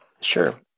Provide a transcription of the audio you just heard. sure